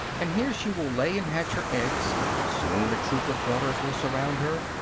and here she will lay and hatch her eggs soon a troop of daughters will surround her,